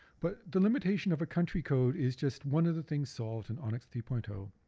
but the limitation of a country code is just one of the things solved in onix three point so